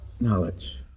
Knowledge